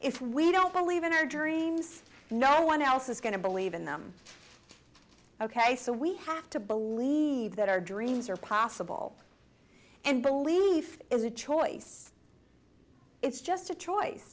if we don't believe in our dreams no one else is going to believe in them ok so we have to believe that our dreams are possible and belief is a choice it's just a choice